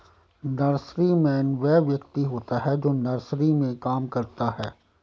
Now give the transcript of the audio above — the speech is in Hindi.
नर्सरीमैन वह व्यक्ति होता है जो नर्सरी में काम करता है